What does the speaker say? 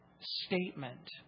statement